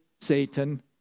Satan